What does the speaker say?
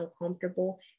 uncomfortable